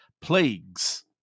plagues